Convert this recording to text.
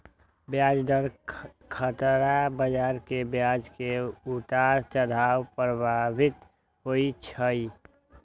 ब्याज दर खतरा बजार में ब्याज के उतार चढ़ाव प्रभावित होइ छइ